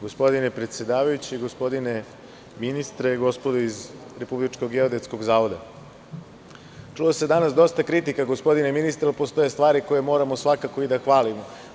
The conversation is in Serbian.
Gospodine predsedavajući, gospodine ministre, gospodo iz Republičkog geodetskog zavoda, čulo danas dosta kritika, ali postoje stvari koje moramo svakako i da hvalimo.